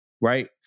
right